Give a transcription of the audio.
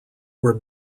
were